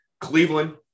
Cleveland